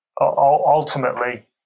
ultimately